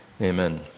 amen